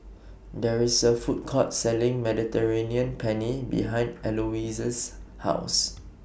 There IS A Food Court Selling Mediterranean Penne behind Eloise's House